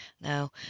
Now